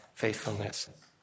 Faithfulness